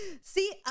See